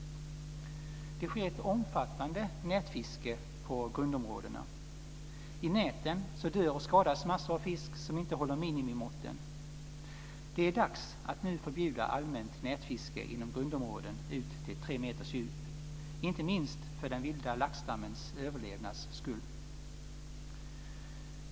Det sker ett omfattande nätfiske på grundområdena. I näten dör och skadas massor av fisk som inte håller minimimåtten. Det är dags att nu förbjuda allmänt nätfiske inom grundområden ut till tre meters djup, inte minst för den vilda laxstammens överlevnads skull.